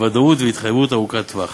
ודאות והתחייבות ארוכת טווח.